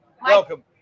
welcome